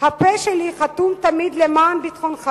הפה שלי חתום תמיד למען ביטחונך